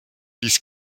ließ